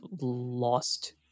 lost